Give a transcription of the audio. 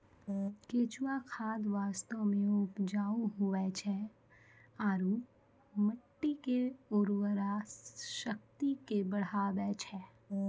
केंचुआ खाद वास्तव मे उपजाऊ हुवै छै आरू मट्टी के उर्वरा शक्ति के बढ़बै छै